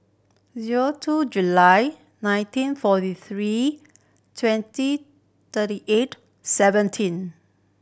zero two July nineteen forty three twenty thirty eight seventeen